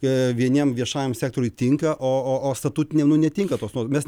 vieniem viešajam sektoriui tinka o o o statutiniam nu netinka tos nuostatos mes